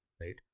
Right